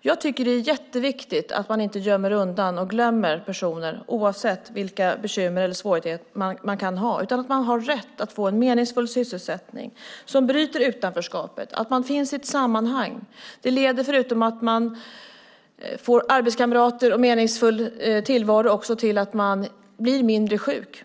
Jag tycker att det är jätteviktigt att vi inte gömmer undan och glömmer personer oavsett vilka bekymmer och svårigheter man kan ha. Man har rätt att få en meningsfull sysselsättning som bryter utanförskapet och finnas i ett sammanhang. Det leder, förutom att man får arbetskamrater och en meningsfull tillvaro, till att man blir mindre sjuk.